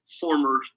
former